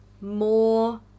more